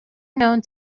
known